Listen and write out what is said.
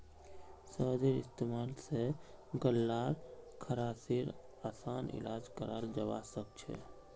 शहदेर इस्तेमाल स गल्लार खराशेर असान इलाज कराल जबा सखछे